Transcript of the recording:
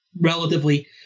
relatively